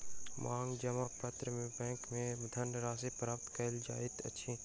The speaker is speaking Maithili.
मांग जमा पत्र सॅ बैंक में धन राशि प्राप्त कयल जाइत अछि